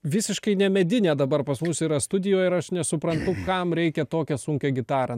visiškai ne medinę dabar pas mus yra studijoj ir aš nesuprantu kam reikia tokią sunkią gitarą